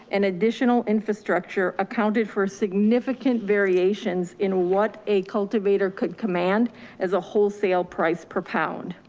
and additional infrastructure accounted for significant variations in what a cultivator could command as a wholesale price per pound.